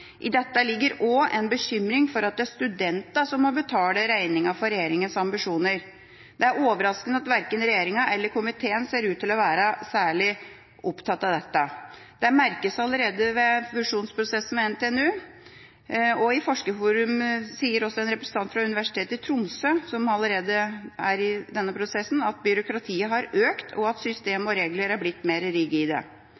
I dette ligger også en bekymring for at det er studentene som må betale regninga for regjeringas ambisjoner. Det er overraskende at verken regjeringa eller komiteen ser ut til å være særlig opptatt av dette. Det merkes allerede med fusjonsprosessen ved NTNU, og i Forskerforum sier også en representant fra Universitetet i Tromsø, som allerede er i denne prosessen, at byråkratiet har økt, og at system og regler er blitt mer rigide.